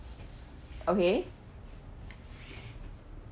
okay